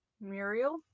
Muriel